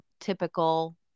typical